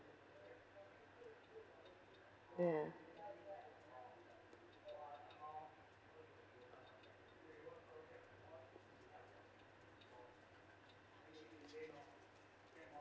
ya